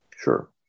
Sure